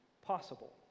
possible